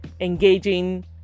Engaging